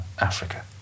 africa